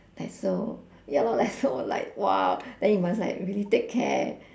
like so ya lor like so like !wow! then you must like really take care